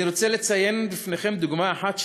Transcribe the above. אני רוצה לציין בפניכם דוגמה אחת,